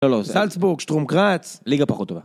לא, לא, זלצבורג, שטורם גראץ, ליגה פחות טובה.